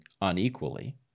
unequally